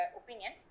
opinion